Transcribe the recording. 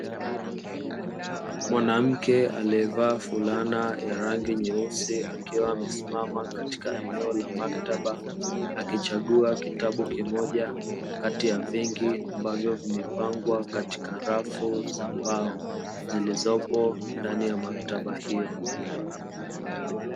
Mwanamke aliyevaa fulana ya rangi nyeusi, akiwa amesimama katika eneo la maktaba akichagua kitabu kimoja kati ya vingi, ambavyo vimepangwa katika rafu za mbao, zilizopo ndani ya maktaba hiyo.